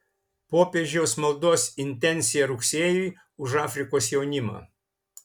popiežiaus maldos intencija rugsėjui už afrikos jaunimą